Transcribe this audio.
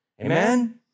Amen